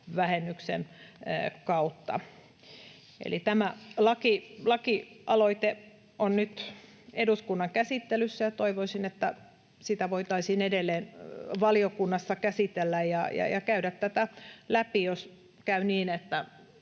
kotitalousvähennyksen kautta. Eli tämä lakialoite on nyt eduskunnan käsittelyssä, ja toivoisin, että sitä voitaisiin edelleen valiokunnassa käsitellä ja käydä tätä läpi, jos käy niin, että